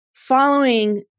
Following